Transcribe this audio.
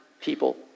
people